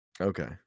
Okay